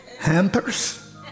hampers